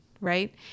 right